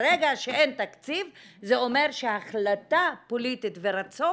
ברגע שאין תקציב זה אומר שהחלטה פוליטית ורצון